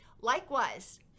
likewise